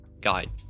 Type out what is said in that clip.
guide